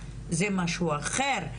זה משהו אחר.